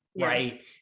right